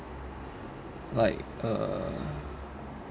like uh